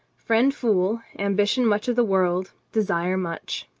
friend fool, ambition much of the world, desire much.